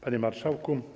Panie Marszałku!